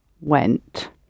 went